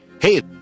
Hey